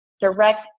direct